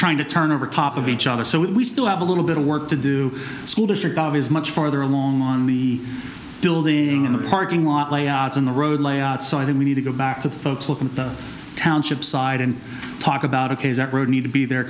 trying to turn over top of each other so we still have a little bit of work to do a school district of is much farther along on the building in the parking lot layouts on the road layout so i think we need to go back to the folks look at the township side and talk about a case that road need to be there